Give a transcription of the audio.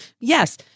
Yes